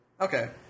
Okay